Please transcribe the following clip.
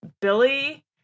billy